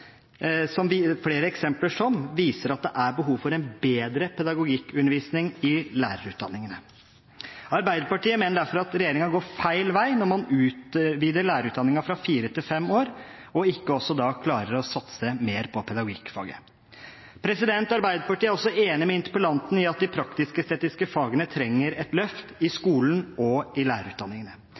som viser at det er behov for en bedre pedagogikkundervisning i lærerutdanningene. Arbeiderpartiet mener derfor at regjeringen går feil vei når man utvider lærerutdanningen fra fire til fem år og ikke også klarer å satse mer på pedagogikkfaget. Arbeiderpartiet er også enig med interpellanten i at de praktisk-estetiske fagene trenger et løft i skolen og i lærerutdanningene.